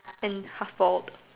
and half bald